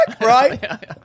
Right